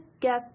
guess